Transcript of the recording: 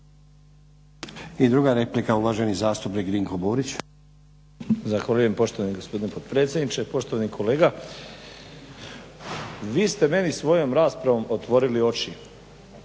I druga replika, uvaženi zastupnik Dinko Burić. **Burić, Dinko (HDSSB)** Zahvaljujem poštovani gospodine potpredsjedniče. Poštovani kolega. Vi ste meni svojom raspravom otvorili oči.